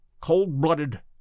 cold-blooded